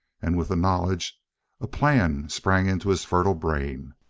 and with the knowledge a plan sprang into his fertile brain.